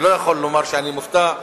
אני לא יכול לומר שאני מופתע.